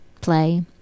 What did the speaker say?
play